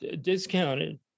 discounted